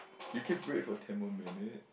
you keep break for ten more minutes